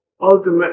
Ultimately